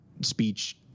speech